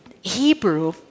Hebrew